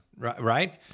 Right